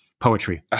Poetry